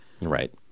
Right